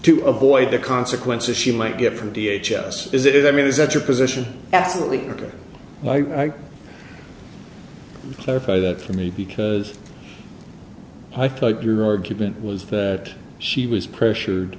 to avoid the consequences she might get from d h s is it i mean is that your position absolutely or why clarify that for me because i thought your argument was that she was pressured